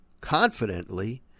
confidently